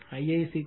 Ia 6